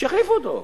שיחליפו אותו.